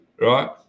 Right